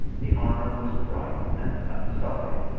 the armour was bright and unsullied,